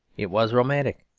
it was romantic,